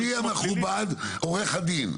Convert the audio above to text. רגע, תקשיב, אדוני המכובד, עורך הדין.